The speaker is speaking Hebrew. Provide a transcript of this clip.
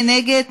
מי נגד?